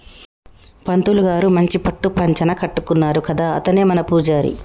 పంతులు గారు మంచి పట్టు పంచన కట్టుకున్నాడు కదా అతనే మన పూజారి